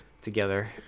together